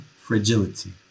fragility